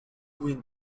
wind